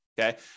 okay